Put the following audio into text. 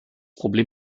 problem